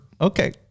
Okay